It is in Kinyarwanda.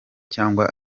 cyangwa